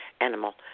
animal